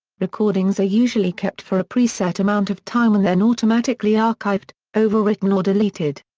recordings are usually kept for a preset amount of time and then automatically archived, overwritten or deleted.